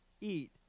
eat